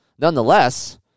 Nonetheless